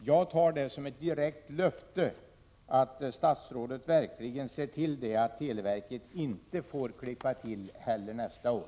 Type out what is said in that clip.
Jag tar det som ett direkt löfte att statsrådet verkligen ser till att televerket inte får klippa till nästa år.